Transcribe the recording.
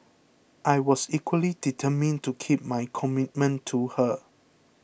I was equally determined to keep my commitment to her